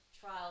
trial